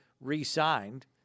re-signed